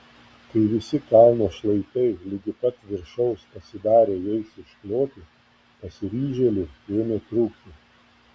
kai visi kalno šlaitai ligi pat viršaus pasidarė jais iškloti pasiryžėlių ėmė trūkti